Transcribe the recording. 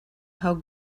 how